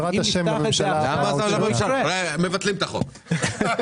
הזרמת האשראי הזאת תהיה גם מונגשת ללווים,